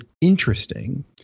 interesting